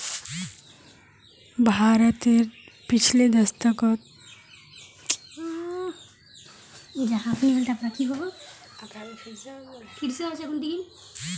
भारतत पिछले दशकत नैतिक बैंकेर संख्यात बढ़ोतरी हल छ